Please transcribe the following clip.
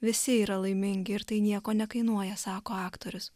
visi yra laimingi ir tai nieko nekainuoja sako aktorius